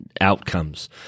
outcomes